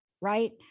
right